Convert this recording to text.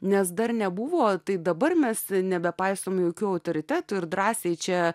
nes dar nebuvo tai dabar mes nebepaisome jokių autoritetų ir drąsiai čia